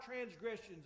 transgressions